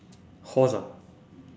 horse ah